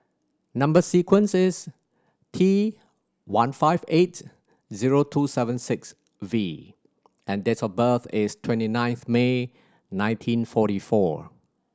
number sequence is T one five eight zero two seven six V and date of birth is twenty ninth May nineteen forty four